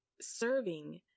serving